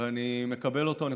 תודה רבה, חבר הכנסת מקלב.